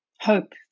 hope